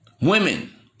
Women